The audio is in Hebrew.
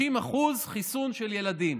50% חיסון של ילדים,